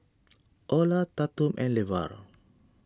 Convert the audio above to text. Orla Tatum and Levar